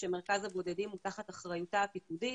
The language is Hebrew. שמרכז הבודדים הוא תחת אחריותה הפיקודית,